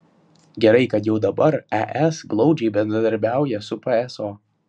gerai kad jau dabar es glaudžiai bendradarbiauja su pso